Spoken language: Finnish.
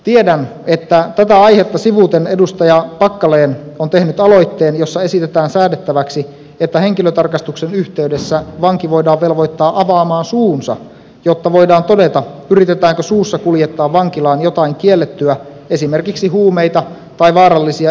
tiedän että tätä aihetta sivuten edustaja packalen on tehnyt aloitteen jossa esitetään säädettäväksi että henkilötarkastuksen yhteydessä vanki voidaan velvoittaa avaamaan suunsa jotta voidaan todeta yritetäänkö suussa kuljettaa vankilaan jotain kiellettyä esimerkiksi huumeita tai vaarallisia esineitä